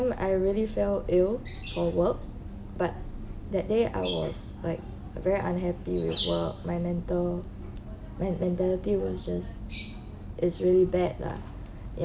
I really fell ill for work but that day I was like very unhappy with work my mental men~ mentality was just is really bad lah ya